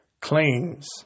claims